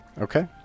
Okay